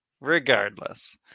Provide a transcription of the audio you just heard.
regardless